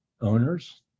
owners